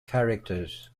characters